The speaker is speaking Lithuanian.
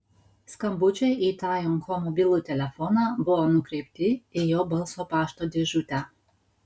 skambučiai į tai jong ho mobilųjį telefoną buvo nukreipti į jo balso pašto dėžutę